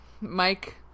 Mike